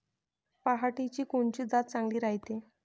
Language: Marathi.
पऱ्हाटीची कोनची जात चांगली रायते?